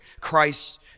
Christ